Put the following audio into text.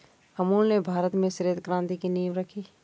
अमूल ने भारत में श्वेत क्रान्ति की नींव रखी